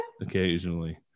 Occasionally